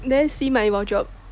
then see my wardrobe